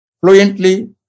fluently